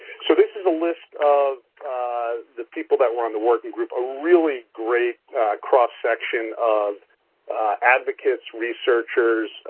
so, this is a list of the people that were on the working group. a really great cross section of advocates, researchers,